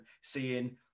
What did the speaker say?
seeing